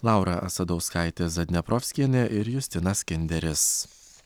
laura asadauskaitė zadneprovskienė ir justinas kinderis